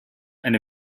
and